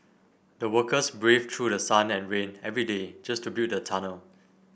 the workers braved through sun and rain every day just to build the tunnel